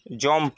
jump